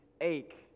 ache